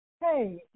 Hey